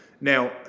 Now